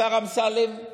השר אמסלם,